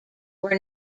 were